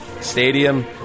Stadium